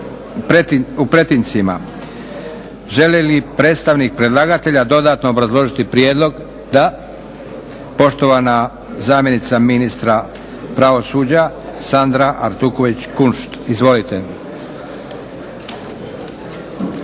u pretince. Želi li predstavnik predlagatelja dodatno obrazložiti prijedlog? Da. Poštovana zamjenica ministra pravosuđa Sandra Artuković-Kunšt. Izvolite.